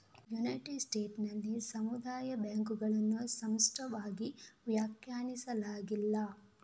United States ನಲ್ಲಿ ಸಮುದಾಯ ಬ್ಯಾಂಕುಗಳನ್ನು ಸ್ಪಷ್ಟವಾಗಿ ವ್ಯಾಖ್ಯಾನಿಸಲಾಗಿಲ್ಲ